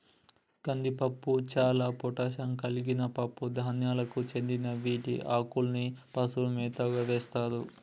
కందిపప్పు చాలా ప్రోటాన్ కలిగిన పప్పు ధాన్యాలకు చెందిన వీటి ఆకుల్ని పశువుల మేతకు వేస్తారు